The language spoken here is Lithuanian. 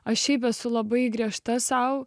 aš šiaip esu labai griežta sau